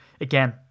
Again